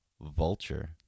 vulture